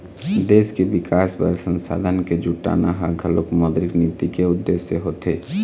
देश के बिकास बर संसाधन के जुटाना ह घलोक मौद्रिक नीति के उद्देश्य होथे